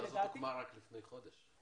הוועדה הוקמה לפני חודש.